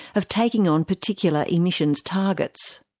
of taking on particular emissions targets.